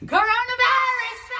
Coronavirus